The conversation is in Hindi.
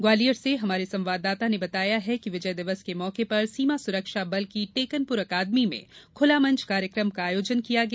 ग्वालियर से हमारे संवाददाता ने बताया है कि विजय दिवस के मौके पर सीमा सुरक्षा बल की टेकनपुर अकादमी में खुलामंच कार्यकम का आयोजन किया गया